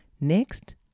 Next